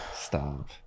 Stop